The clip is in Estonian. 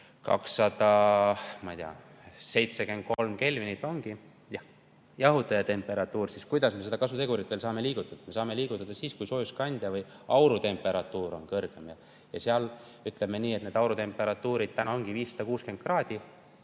273 kelvinit ongi jahutaja temperatuur, siis kuidas me seda kasutegurit saame liigutada? Me saame seda liigutada siis, kui soojuskandja ehk auru temperatuur on kõrgem. Ja seal need aurutemperatuurid ongi 560 kraadi.